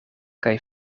kaj